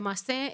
למעשה,